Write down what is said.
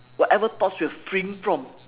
whatever thoughts you are freeing from